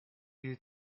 you